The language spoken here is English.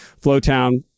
Flowtown